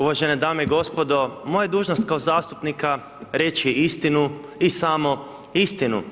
Uvažene dame i gospodo moja je dužnost kao zastupnika reći istinu i samo istinu.